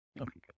Okay